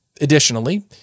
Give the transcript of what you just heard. Additionally